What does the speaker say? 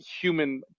Human